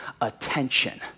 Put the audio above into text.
attention